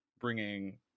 bringing